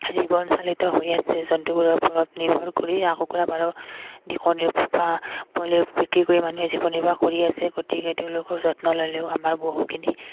জীৱন চালিত হৈ আছে জন্তুবোৰৰ ওপৰত নিৰ্ভৰ কৰিয়ে হাঁহ কুকুৰা পাৰ কণী বা পোৱালি বিক্ৰী কৰি মানুহে জীৱন নিৰ্বাহ কৰি আছে গতিকে তেওঁলোকৰ যত্ন ল'লেও আমাৰ বহুখিনি